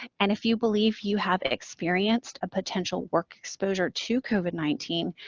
and if you believe you have experienced a potential work exposure to covid nineteen,